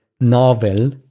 novel